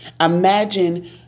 Imagine